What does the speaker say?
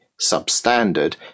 substandard